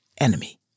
enemy